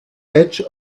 edge